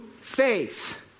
faith